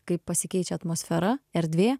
kaip pasikeičia atmosfera erdvė